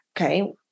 Okay